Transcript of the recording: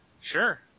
Sure